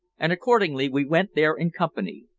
and accordingly we went there in company.